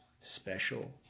special